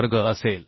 वर्ग असेल